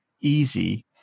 easy